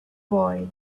boy